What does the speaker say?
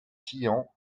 tian